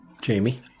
Jamie